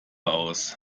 aus